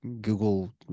Google